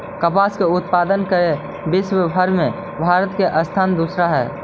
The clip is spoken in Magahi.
कपास के उत्पादन करे में विश्वव भर में भारत के स्थान दूसरा हइ